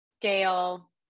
scale